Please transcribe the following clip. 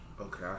okay